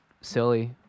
silly